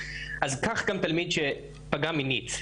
אז כך גם תלמיד שפגע מינית.